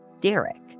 Derek